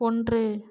ஒன்று